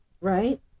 right